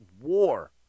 war